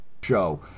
show